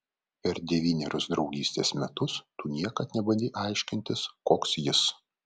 per devynerius draugystės metus tu niekad nebandei aiškintis koks jis